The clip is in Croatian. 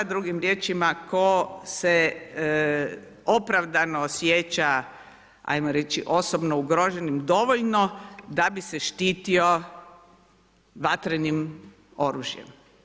Drugim riječima tko se opravdano osjeća hajmo reći osobno ugrožen dovoljno da bi se štitio vatrenim oružjem.